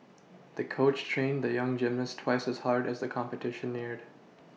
the coach trained the young gymnast twice as hard as the competition neared